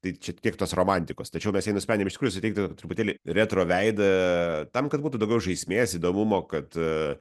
tai čia tiek tos romantikos tačiau mes jai nusprendėm iš tikrųjų suteikti truputėlį retro veidą tam kad būtų daugiau žaismės įdomumo kad